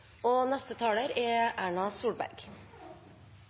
at neste taler er